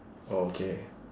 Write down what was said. okay